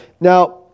Now